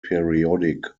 periodic